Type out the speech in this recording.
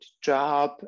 job